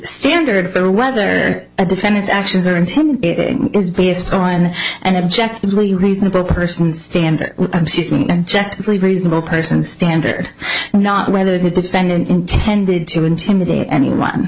standard for whether a defendant's actions or intent is based on and objectively reasonable person standard reasonable person standard not whether the defendant intended to intimidate anyone